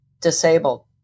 disabled